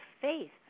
faith